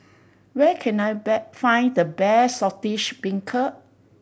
where can I find the best Saltish Beancurd